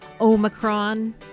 Omicron